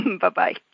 Bye-bye